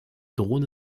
drohne